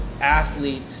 athlete